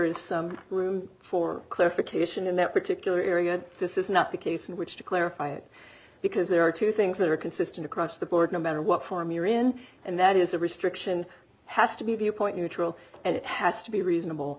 is some room for clarification in that particular area this is not the case in which to clarify it because there are two things that are consistent across the board no matter what form you're in and that is a restriction has to be a point neutral and it has to be reasonable